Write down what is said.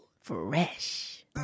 fresh